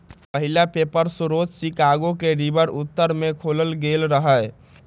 पहिला पेपर स्रोत शिकागो के रिवर उत्तर में खोलल गेल रहै